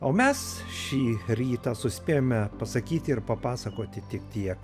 o mes šį rytą suspėjome pasakyti ir papasakoti tik tiek